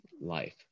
life